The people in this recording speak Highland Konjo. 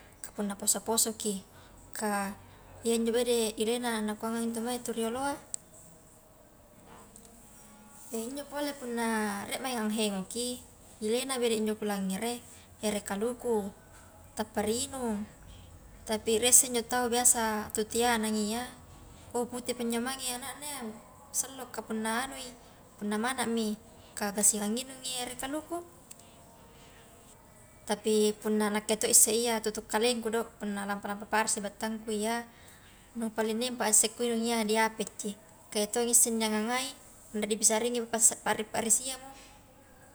Ka punna poso-posoki, kah iyanjo bede ilena nakuangangi tu mae tau rioloa, injo pole punna rie mae anghengoki ilena bede injo kulangere ere kaluku tappa ri inung, tapi rie isse njo tau biasa to tianang iya uh putepa njo mange anakna iya sallo ka punna nganui punna manami kah kasia minungi ere kaluku, tapi punna nakke to isse iya toto kalengku do punna lampa-lampa parisi battangku iya, kuinung iya diapetji, kah iya tong isseng di angangai anre dipisaringi passe parri-parrisiamo.